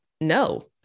No